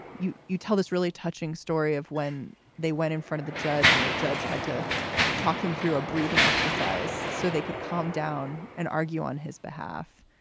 you you tell this really touching story of when they went in front of the judge and the judge had to talk him through a breathing exercise so they could calm down and argue on his behalf.